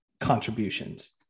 contributions